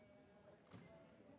Merci